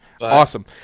Awesome